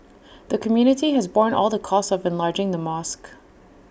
the community has borne all the costs of enlarging the mosque